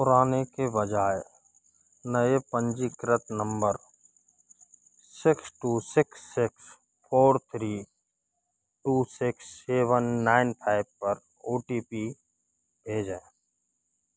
पुराने के बजाय नए पंजीकृत number six two six six four three two six seven nine five पर ओ टी पी भेजें